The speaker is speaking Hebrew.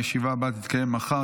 הישיבה הבאה תתקיים מחר,